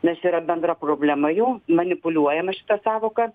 nes yra bendra problema jau manipuliuojama šita sąvoka